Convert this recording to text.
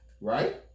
Right